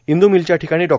इंदू मीलच्या ठिकाणी डॉ